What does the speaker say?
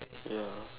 ya